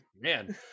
man